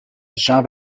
jean